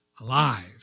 alive